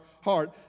heart